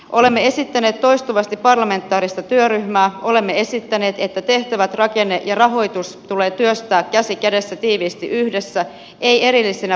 olemme esittäneet toistuvasti parlamentaarista työryhmää olemme esittäneet että tehtävät rakenne ja rahoitus tulee työstää käsi kädessä tiiviisti yhdessä ei erillisinä palapelin osina